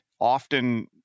Often